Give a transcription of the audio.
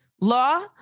law